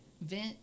vent